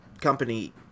company